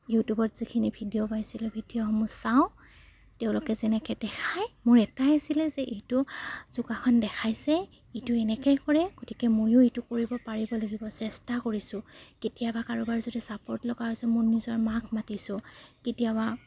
ইউটিউবত যিখিনি ভিডিঅ' পাইছিলোঁ ভিডিঅ'সমূহ চাওঁ তেওঁলোকে যেনেকৈ দেখাই মোৰ এটাই আছিলে যে এইটো যোগাসন দেখাইছে এইটো এনেকৈ কৰে গতিকে ময়ো এইটো কৰিব পাৰিব লাগিব চেষ্টা কৰিছোঁ কেতিয়াবা কাৰোবাৰ যদি চাপৰ্ট লগা হৈছে মোৰ নিজৰ মাক মাতিছোঁ কেতিয়াবা